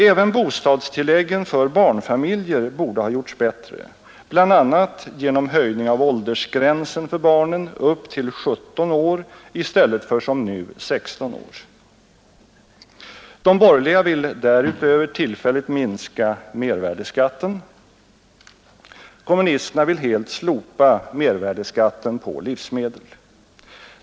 Även bostadstilläggen för barnfamiljer borde ha gjorts bättre, bl.a. genom höjning av åldersgränsen för barnen upp till 17 år i stället för som nu 16 år. De borgerliga vill därutöver tillfälligt minska mervärdeskatten. Kommunisterna vill helt slopa mervärdeskatten på livsmedel.